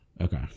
Okay